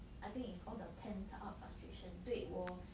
I think it's all the pent up frustration 对我